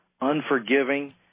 unforgiving